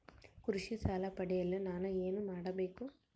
ಕೃಷಿ ಸಾಲವನ್ನು ಪಡೆಯಲು ನಾನು ಏನು ಮಾಡಬೇಕು?